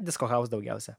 disco house daugiausia